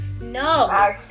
No